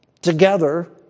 together